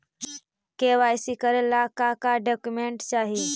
KYC करे ला का का डॉक्यूमेंट चाही?